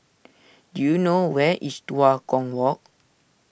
do you know where is Tua Kong Walk